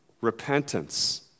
repentance